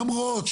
המוכשרים בבית,